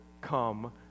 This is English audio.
come